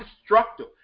destructive